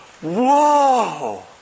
Whoa